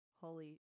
holy